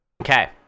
Okay